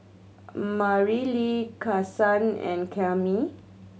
Marilee Kason and Cammie